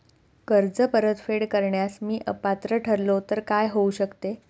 कर्ज परतफेड करण्यास मी अपात्र ठरलो तर काय होऊ शकते?